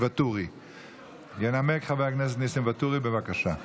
התרבות והספורט להכנה לקריאה ראשונה.